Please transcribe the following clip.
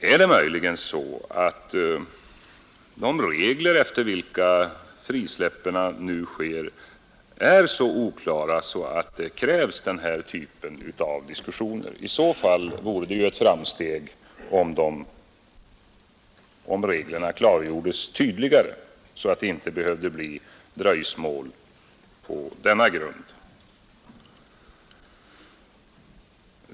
Är det möjligen så att de regler efter vilka frisläppen nu sker är så oklara att det krävs denna typ av diskussion? I så fall vore det ett framsteg om reglerna gjordes tydligare så att det inte behövde bli dröjsmål på denna grund.